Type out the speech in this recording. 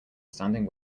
standing